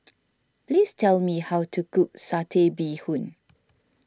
please tell me how to cook Satay Bee Hoon